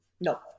no